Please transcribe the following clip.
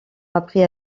appris